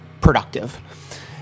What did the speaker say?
productive